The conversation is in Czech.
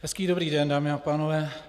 Hezký dobrý den, dámy a pánové.